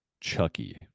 Chucky